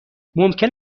ممکن